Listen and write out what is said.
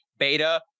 Beta